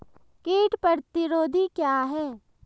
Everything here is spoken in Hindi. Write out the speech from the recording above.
कीट प्रतिरोधी क्या है?